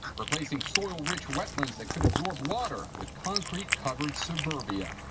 replacing soil-rich wetlands that could absorb water with concrete-covered suburbia.